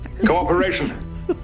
Cooperation